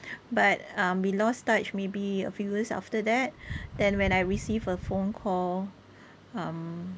but um we lost touch maybe a few years after that then when I receive a phone call um